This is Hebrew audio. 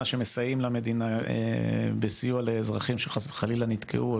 שמסייעים למדינה בסיוע לאזרחים שחס וחלילה נתקעו,